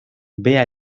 vea